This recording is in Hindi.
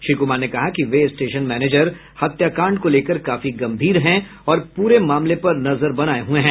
श्री कुमार ने कहा कि वे स्टेशन मैनेजर हत्याकांड को लेकर काफी गंभीर हैं और पूरे मामले पर नजर बनाये हुए हैं